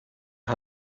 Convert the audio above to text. der